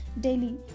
daily